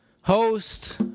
host